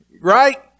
right